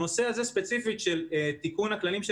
בנושא הזה ספציפית של תיקון הכללים של